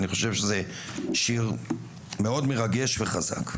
אני חושב שזה שיר מרגש מאוד וחזק.